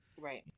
Right